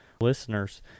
listeners